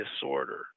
disorder